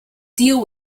deal